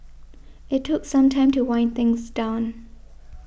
it took some time to wind things down